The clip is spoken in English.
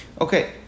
Okay